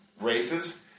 races